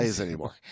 anymore